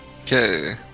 okay